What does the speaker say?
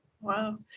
Wow